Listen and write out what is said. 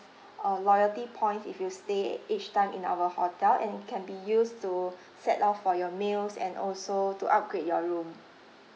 or loyalty points if you stay each time in our hotel and it can be used to set off for your meals and also to upgrade your room